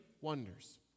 wonders